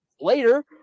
later